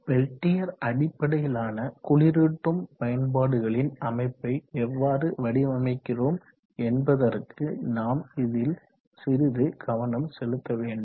Peltier அடிப்படையிலான குளிரூட்டும் பயன்பாடுகளின் அமைப்பை எவ்வாறு வடிவமைக்கிறோம் என்பதற்கு நாம் இதில் சிறிது கவனம் செலுத்த வேண்டும்